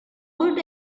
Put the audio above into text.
good